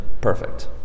perfect